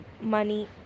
money